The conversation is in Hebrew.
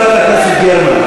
חברת הכנסת גרמן,